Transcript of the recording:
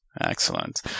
Excellent